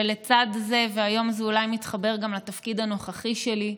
ולצד זה והיום זה אולי מתחבר לתפקיד הנוכחי שלי,